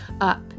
up